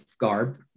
garb